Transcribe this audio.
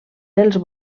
dels